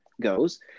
goes